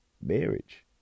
marriage